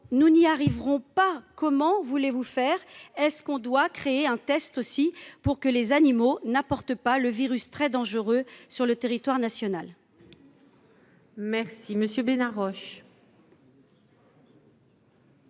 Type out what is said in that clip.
nous n'y arriverons pas, comment voulez-vous faire est-ce qu'on doit créer un test aussi pour que les animaux n'apporte pas le virus très dangereux sur le territoire national. Merci Monsieur Bénard Roche.